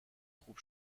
خوب